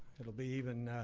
it'll be even